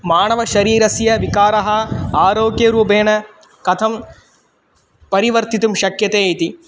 मानवशरीरस्य विकारः आरोग्यरूपेण कथं परिवर्तितुं शक्यते इति